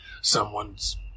Someone's